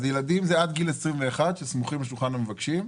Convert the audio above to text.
ילדים זה עד גיל 21 שסמוכים על שולחן המבקשים.